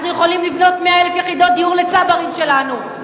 אנחנו יכולים לבנות 100,000 יחידות דיור לצברים שלנו.